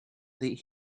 that